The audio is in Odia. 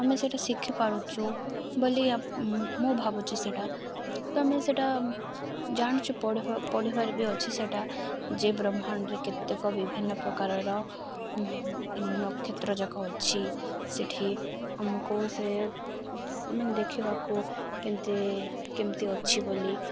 ଆମେ ସେଟା ଶିଖିପାରୁଛୁ ବୋଲି ମୁଁ ଭାବୁଛି ସେଇଟା ତ ଆମେ ସେଇଟା ଜାଣିଛୁ ପଢ଼ିବାରେ ବି ଅଛି ସେଇଟା ଯେ ବ୍ରହ୍ମାଣ୍ଡରେ କେତେକ ବିଭିନ୍ନ ପ୍ରକାରର ନକ୍ଷତ୍ରଯାକ ଅଛି ସେଠି ଆମକୁ ସେ ମାନେ ଦେଖିବାକୁ କେମିତି କେମିତି ଅଛି ବୋଲି